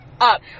up